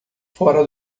fora